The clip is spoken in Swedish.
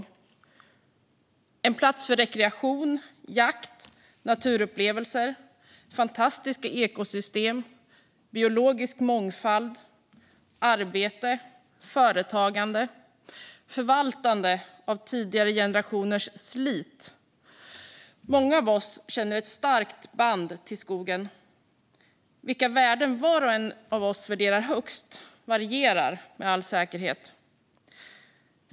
Den är en plats för rekreation, jakt, naturupplevelser, fantastiska ekosystem, biologisk mångfald, arbete, företagande och förvaltande av tidigare generationers slit. Många av oss känner ett starkt band till skogen. Vilka värden var och en av oss värderar högst varierar med all säkerhet.